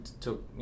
took